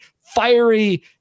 fiery